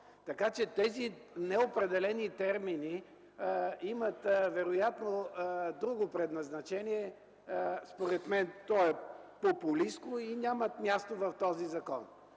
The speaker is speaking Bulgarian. Така че тези неопределени термини имат вероятно друго предназначение. Според мен то е популистко и няма място в този закон.